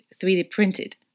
3D-printed